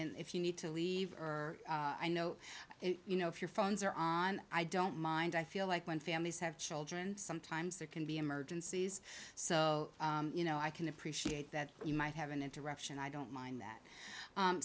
and if you need to leave or i know you know if your phones are on i don't mind i feel like when families have children sometimes there can be emergencies so you know i can appreciate that you might have an interruption i don't mind that